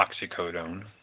oxycodone